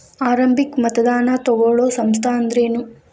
ಆರಂಭಿಕ್ ಮತದಾನಾ ತಗೋಳೋ ಸಂಸ್ಥಾ ಅಂದ್ರೇನು?